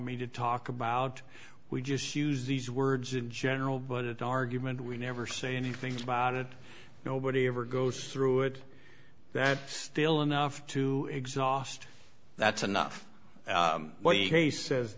me to talk about we just use these words in general but it argument we never say anything about it nobody ever goes through it that still enough to exhaust that's enough what he says